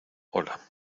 hola